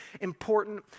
important